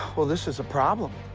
well, this is a problem.